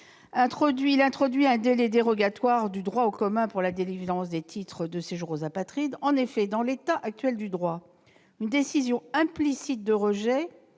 à introduire un délai dérogatoire au droit commun pour la délivrance des titres de séjour aux apatrides. Dans l'état actuel du droit, une décision implicite de rejet